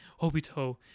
Obito